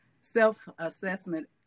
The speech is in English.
self-assessment